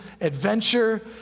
adventure